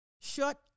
Shut